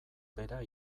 bera